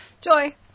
joy